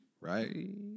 right